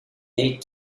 date